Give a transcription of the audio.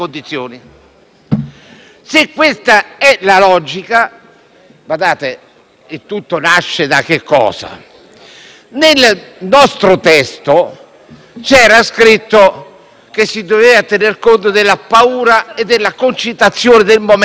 ha suggerito di usare il termine «turbamento», prendendo spunto da quell'indicazione del nostro testo, ed essenzialmente di formulare l'articolo 55, comma 2, come un'ipotesi di lecito eccesso colposo.